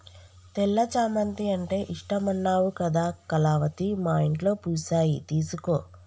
తెల్ల చామంతి అంటే ఇష్టమన్నావు కదా కళావతి మా ఇంట్లో పూసాయి తీసుకో